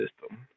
System